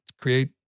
create